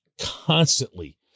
constantly